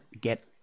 get